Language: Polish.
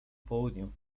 południu